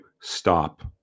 stop